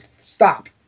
stop